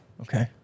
Okay